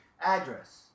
address